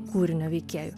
kūrinio veikėjų